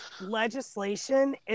legislation